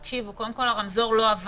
תקשיבו, קודם כול "הרמזור" לא עבד.